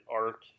arc